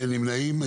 אין נמנעים.